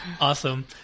Awesome